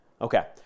Okay